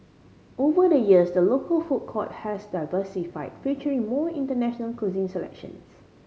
over the years the local food court has diversified featuring more international cuisine selections